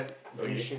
oh ya